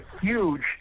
huge